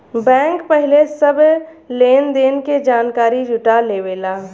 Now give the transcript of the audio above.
bank पहिले सब लेन देन के जानकारी जुटा लेवेला